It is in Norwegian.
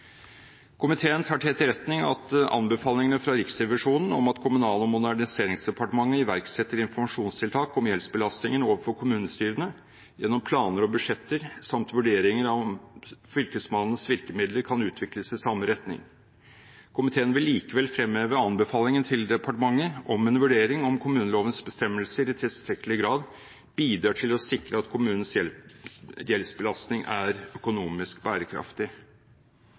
Komiteen tar til etterretning anbefalingene fra Riksrevisjonen om at Kommunal- og moderniseringsdepartementet iverksetter informasjonstiltak om gjeldsbelastningen overfor kommunestyrene gjennom planer og budsjetter, samt vurderinger om Fylkesmannens virkemidler kan utvikles i samme retning. Komiteen vil likevel fremheve anbefalingen til departementet om en vurdering av om kommunelovens bestemmelser i tilstrekkelig grad bidrar til å sikre at kommunenes gjeldsbelastning er økonomisk bærekraftig.